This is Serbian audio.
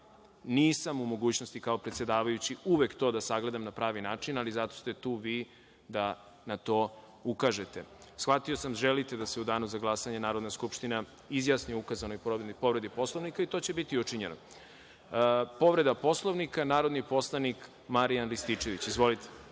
Nisam u mogućnosti kao predsedavajući uvek to da sagledam na pravi način, ali zato ste tu vi da na to ukažete. Shvatio sam da želite da se u danu za glasanje Narodna skupština izjasni o ukazanoj povredi Poslovnika i to će biti učinjeno. Povreda Poslovnika narodni poslanik Marijan Rističević. Izvolite.